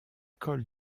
col